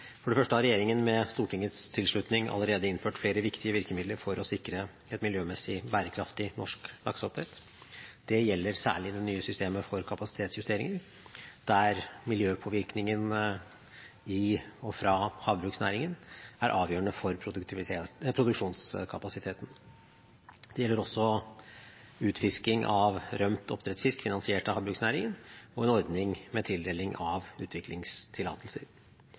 For det første har regjeringen med Stortingets tilslutning allerede innført flere viktige virkemidler for å sikre et miljømessig bærekraftig norsk lakseoppdrett. Det gjelder særlig det nye systemet for kapasitetsjusteringer der miljøpåvirkningen i og fra havbruksnæringen er avgjørende for produksjonskapasiteten. Det gjelder også utfisking av rømt oppdrettsfisk finansiert av havbruksnæringen og en ordning med tildeling av utviklingstillatelser.